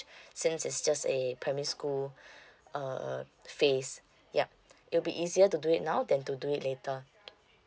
since it's just a primary school uh phase yup it'll be easier to do it now than to do it later